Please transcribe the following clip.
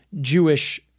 Jewish